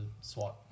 swat